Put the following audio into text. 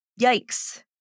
Yikes